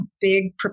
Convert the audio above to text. big